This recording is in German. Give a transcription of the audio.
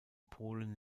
polen